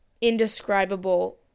indescribable